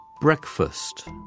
breakfast